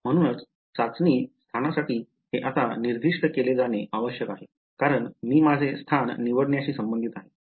म्हणूनच चाचणी स्थानासाठी हे आता निर्दिष्ट केले जाणे आवश्यक आहे कारण मी माझे स्थान निवडण्याशी संबंधित आहे